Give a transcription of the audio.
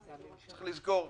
צריך לזכור,